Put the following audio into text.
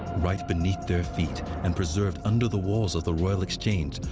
right beneath their feet, and preserved under the walls of the royal exchange,